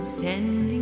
sending